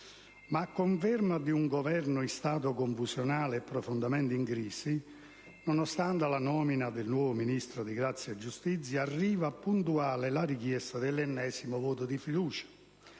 A conferma di un Governo in stato confusionale e profondamente in crisi, nonostante la nomina del nuovo Ministro della giustizia, arriva puntuale la richiesta dell'ennesima fiducia: